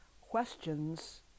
Questions